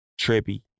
Trippy